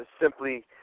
simply